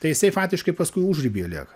tai jisai fatiškai paskui užribyje lieka